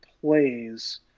plays